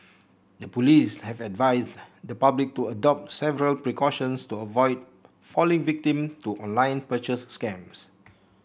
the police have advised the public to adopt several precautions to avoid falling victim to online purchase scams